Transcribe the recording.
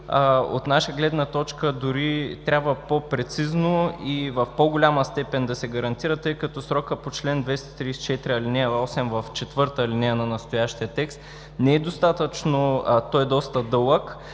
От наша гледна точка дори трябва по-прецизно и в по-голяма степен да се гарантира, тъй като срокът по чл. 234, ал. 8, в четвърта алинея на настоящия текст не е достатъчно. Той е доста дълъг